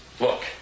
Look